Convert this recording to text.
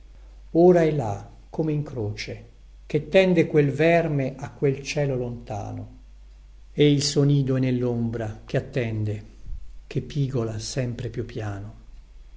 ora è là come in croce che tende quel verme a quel cielo lontano e il suo nido è nellombra che attende che pigola sempre più piano